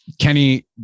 Kenny